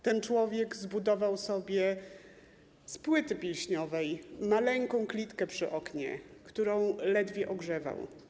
Ten człowiek zbudował sobie z płyty pilśniowej maleńką klitkę przy oknie, którą ledwie ogrzewał.